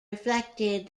reflected